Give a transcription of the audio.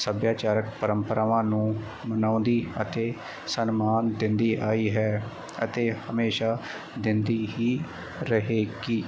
ਸੱਭਿਆਚਾਰਕ ਪਰੰਪਰਾਵਾਂ ਨੂੰ ਮਨਾਉਂਦੀ ਅਤੇ ਸਨਮਾਨ ਦਿੰਦੀ ਆਈ ਹੈ ਅਤੇ ਹਮੇਸ਼ਾ ਦਿੰਦੀ ਹੀ ਰਹੇਗੀ